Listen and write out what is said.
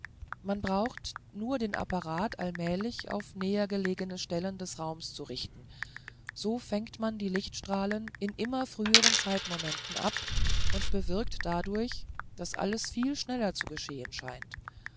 man braucht nur den apparat allmählich auf näher gelegene stellen des raumes zu richten so fängt man die lichtstrahlen in immer früheren zeitmomenten ab und bewirkt dadurch daß alles viel schneller zu geschehen scheint